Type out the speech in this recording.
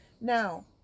now